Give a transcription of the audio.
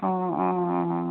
অঁ অঁ অঁ অঁ